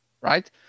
right